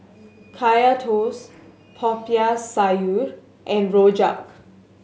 Kaya Toast Popiah Sayur and rojak